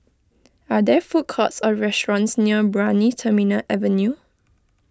are there food courts or restaurants near Brani Terminal Avenue